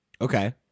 Okay